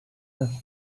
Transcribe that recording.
have